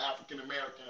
African-American